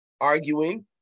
arguing